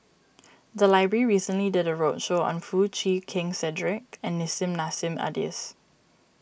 the library recently did a roadshow on Foo Chee Keng Cedric and Nissim Nassim Adis